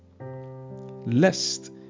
lest